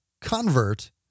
convert